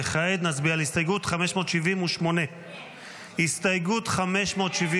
וכעת נצביע על הסתייגות 578. הסתייגות 578,